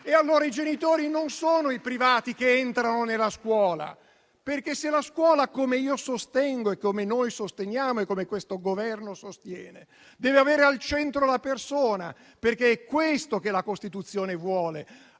E allora i genitori non sono i privati che entrano nella scuola. Se la scuola - come io sostengo, come noi sosteniamo e come questo Governo sostiene - deve avere al centro innanzi tutto la persona - perché è questo che la Costituzione vuole